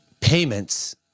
payments